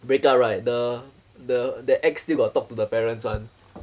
breakup right the the the ex still got to talk to the parents [one]